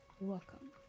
welcome